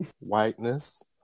whiteness